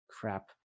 Crap